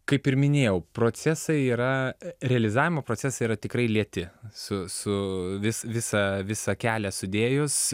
kaip ir minėjau procesai yra realizavimo procesai yra tikrai lėti su su vis visą visą kelią sudėjus